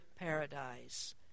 paradise